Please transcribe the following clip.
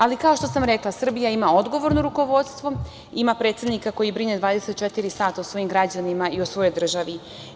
Ali, kao što sam rekla, Srbija ima odgovorno rukovodstvo, ima predsednika koji brine 24 sata o svojim građanima i o svojoj državi.